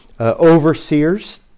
overseers